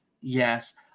Yes